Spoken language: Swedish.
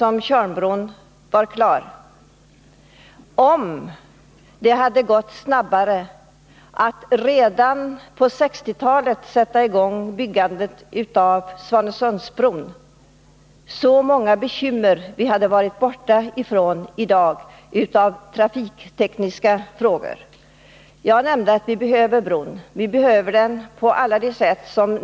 Om byggandet av Svanesundsbron hade satts i gång redan på 1960-talet, så många bekymmer vi hade sluppit i dag! Jag nämnde att vi behöver bron.